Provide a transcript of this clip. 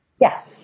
Yes